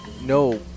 no